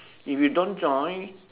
if you don't join